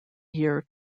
year